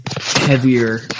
heavier